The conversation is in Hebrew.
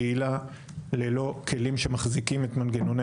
אין קהילה ללא כלים שמחזיקים את מנגנוני